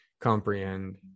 comprehend